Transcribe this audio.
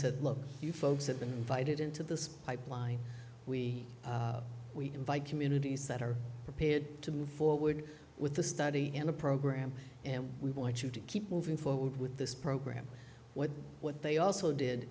said look you folks have been invited into this pipeline we we invite communities that are prepared to move forward with the study and the program and we want you to keep moving forward with this program what what they also did